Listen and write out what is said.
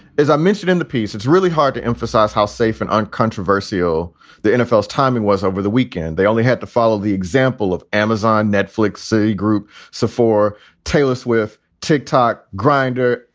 as i mentioned in the piece, it's really hard to emphasize how safe and uncontroversial the nfl timing was over the weekend. they only had to follow the example of amazon, netflix, say group save for talus with tick tock grinder,